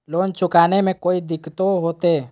Loan चुकाने में कोई दिक्कतों होते?